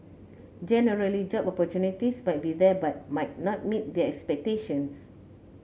generally job opportunities might be there but might not meet their expectations